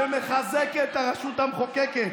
שמחזקת את הרשות המחוקקת,